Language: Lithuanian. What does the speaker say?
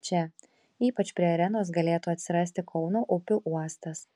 čia ypač prie arenos galėtų atsirasti kauno upių uostas